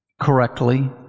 correctly